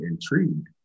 intrigued